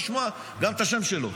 וגם לא לשמוע את השם שלו.